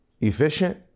efficient